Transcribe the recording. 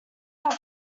have